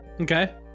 Okay